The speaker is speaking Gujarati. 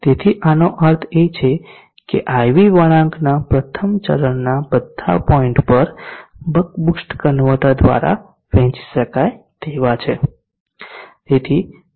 તેથી આનો અર્થ એ છે કે IV વળાંકના પ્રથમ ચરણના બધા પોઇન્ટ પર બક બૂસ્ટ કન્વર્ટર દ્વારા પહોંચી શકાય તેવા છે